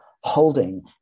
holding